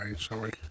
Sorry